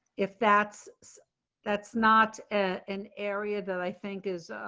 if that's that's not an area that i think is